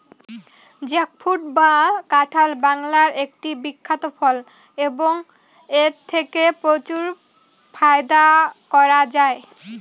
jackfruit বা কাঁঠাল বাংলার একটি বিখ্যাত ফল এবং এথেকে প্রচুর ফায়দা করা য়ায়